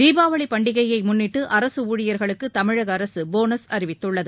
தீபாவளி பண்டிகையை முன்னிட்டு அரசு ஊழியர்களுக்கு தமிழக அரசு போனஸ் அறிவித்துள்ளது